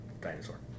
Dinosaur